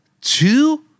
two